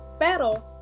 Pero